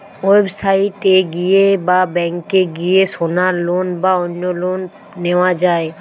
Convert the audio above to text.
website এ গিয়ে বা ব্যাংকে গিয়ে সোনার লোন বা অন্য লোন নেওয়া যায়